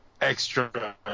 extra